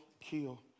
kill